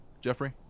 Jeffrey